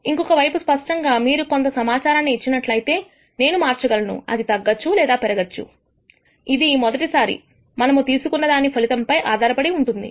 ఇంకొక వైపు స్పష్టంగా మీరు కొంత సమాచారాన్ని ఇచ్చినట్లయితే నేను మార్చగలను అది తగ్గచ్చు లేదా పెరగొచ్చు ఇది మొదటిసారి మనము తీసుకున్న దాని ఫలితం పై ఆధారపడి ఉంటుంది